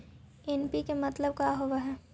NPK मतलब का होव हइ?